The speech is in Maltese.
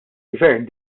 gvern